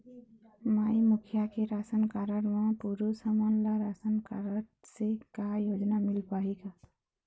माई मुखिया के राशन कारड म पुरुष हमन ला रासनकारड से का योजना मिल पाही का?